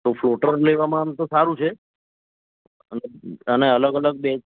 floater લેવામાં આમ તો સારું છે અન અને અલગ અલગ બેચ